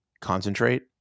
concentrate